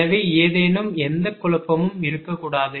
எனவே ஏதேனும் எந்த குழப்பமும் இருக்கக்கூடாது